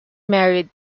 married